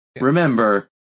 Remember